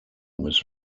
was